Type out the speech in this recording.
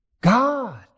God